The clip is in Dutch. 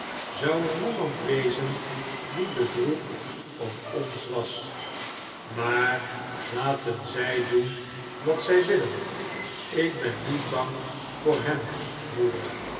zou er niemand wezen die bedroefd om ons was maar laten zij doen wat zij willen ik ben niet bang voor hen moeder